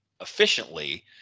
efficiently